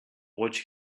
watch